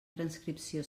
transcripció